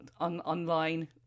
online